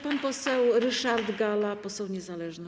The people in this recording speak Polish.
Pan poseł Ryszard Galla, poseł niezależny.